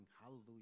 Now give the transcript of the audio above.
hallelujah